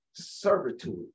servitude